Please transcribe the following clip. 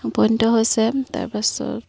উপনীত হৈছে তাৰ পাছত